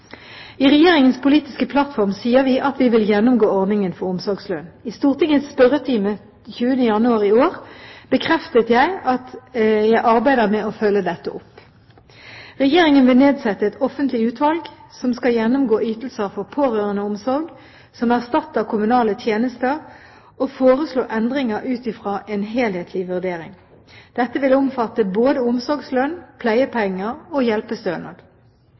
I Regjeringens politiske plattform sier vi at vi vil «gjennomgå ordningen for omsorgslønn». I Stortingets spørretime 20. januar i år bekreftet jeg at jeg arbeider med å følge dette opp. Regjeringen vil nedsette et offentlig utvalg som skal gjennomgå ytelser for pårørendeomsorg som erstatter kommunale tjenester, og foreslå endringer ut fra en helhetlig vurdering. Dette vil omfatte både omsorgslønn, pleiepenger og hjelpestønad.